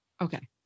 Okay